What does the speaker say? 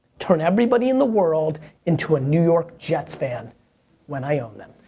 turn everybody in the world into a new york jets fan when i own them.